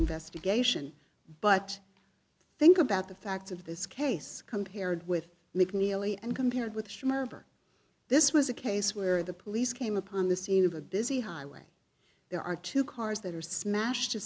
investigation but think about the facts of this case compared with mcnealy and compared with remember this was a case where the police came upon the scene of a busy highway there are two cars that are smashed to